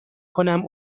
کنم